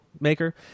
maker